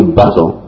battle